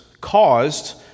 caused